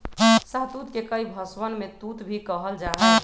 शहतूत के कई भषवन में तूत भी कहल जाहई